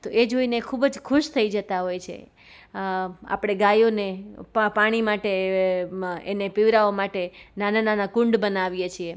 તો એ જોઈને ખૂબ જ ખૂશ થઈ જતાં હોય છે આપણે ગાયોને પા પાણી માટે એને પીવડાવવા માટે નાના નાના કુંડ બનાવીએ છે